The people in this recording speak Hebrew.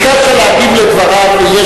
כמה, כמה?